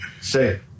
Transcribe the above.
say